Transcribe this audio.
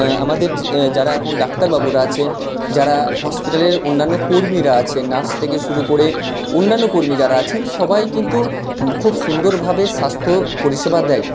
আমাদের যারা এখন ডাক্তারবাবুরা আছেন যারা হসপিটালের অন্যান্য কর্মীরা আছেন নার্স থেকে শুরু করে অন্যান্য কর্মী যারা আছেন সবাই কিন্তু খুব সুন্দরভাবে স্বাস্থ্য পরিষেবা দেয়